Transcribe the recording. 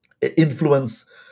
Influence